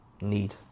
need